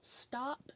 stop